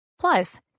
Plus